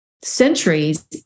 centuries